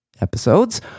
episodes